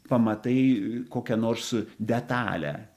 pamatai kokią nors detalę